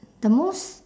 the most